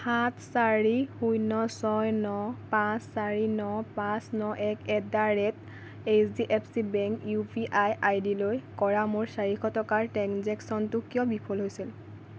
সাত চাৰি শূন্য ছয় ন পাঁচ চাৰি ন পাঁচ ন এক at the rate H D F C bank U P I I D লৈ কৰা মোৰ চাৰিশ টকাৰ ট্ৰেঞ্জেক্শ্য়নটো কিয় বিফল হৈছিল